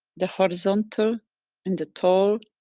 the horizontal and the tall.